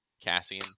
Cassian